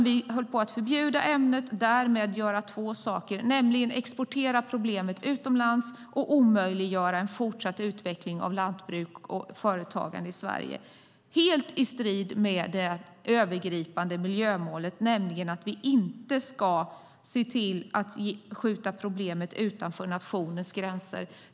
Vi höll på att förbjuda ämnet och därmed göra två saker: exportera problemet utomlands och omöjliggöra en fortsatt utveckling av lantbruk och företagande i Sverige - helt i strid med det övergripande miljömålet om att inte se till att skjuta problemet utanför nationens gränser.